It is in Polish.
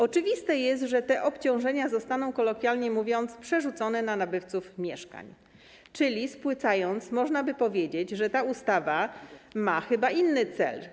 Oczywiste jest, że te obciążania zostaną, kolokwialnie mówiąc, przerzucone na nabywców mieszkań, czyli spłycając, można by powiedzieć, że ta ustawa ma chyba inny cel.